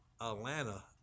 Atlanta